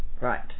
Right